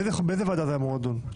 באיזה ועדה זה אמור להיות נדון?